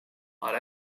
are